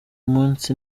munsi